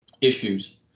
issues